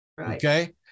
okay